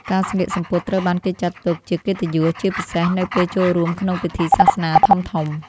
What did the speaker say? ការស្លៀកសំពត់ត្រូវបានគេចាត់ទុកជាកិត្តិយស ជាពិសេសនៅពេលចូលរួមក្នុងពិធីសាសនាធំៗ។